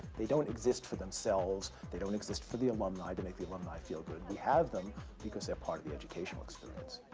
they don't exist for themselves. they don't exist for the alumni to make the alumni feel good. we have them because they're part of the educational experience.